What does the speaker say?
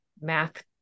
math